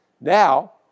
Now